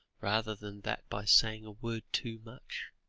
rather than that by saying a word too much,